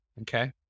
Okay